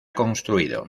construido